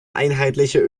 einheitliche